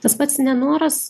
tas pats nenoras